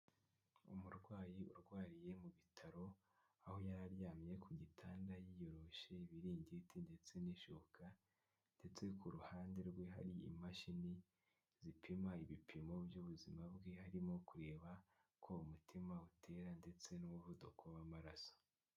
Umurwayi urwariye mu bitaro aho yari aryamye ku gitanda yiyoroshe ibiringiti ndetse n'ishuka ndetse ku ruhande rwe hari imashini zipima ibipimo by'ubuzima bwe harimo kureba ko umutima utera ndetse n'umuvuduko w'amaraso.